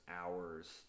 hours